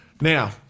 Now